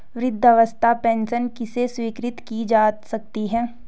वृद्धावस्था पेंशन किसे स्वीकृत की जा सकती है?